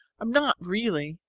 i'm not, really,